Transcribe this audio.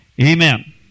Amen